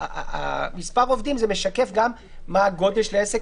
מספר העובדים משקף גם מה הגודל של העסק,